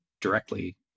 directly